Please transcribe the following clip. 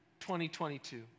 2022